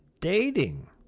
dating